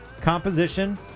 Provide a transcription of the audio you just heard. composition